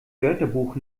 wörterbuch